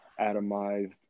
atomized